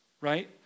right